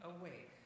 awake